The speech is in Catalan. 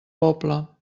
poble